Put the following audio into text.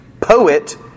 poet